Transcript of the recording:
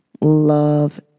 love